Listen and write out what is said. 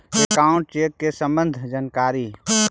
Account check के सम्बन्ध जानकारी?